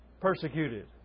persecuted